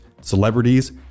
celebrities